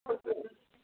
okay ma'am